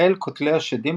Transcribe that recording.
חיל קוטלי השדים,